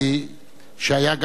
שהיה גם שר התיירות,